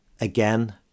again